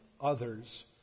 others